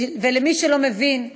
ולמי שלא הבין,